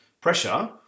pressure